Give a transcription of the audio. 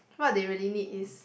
what they really need is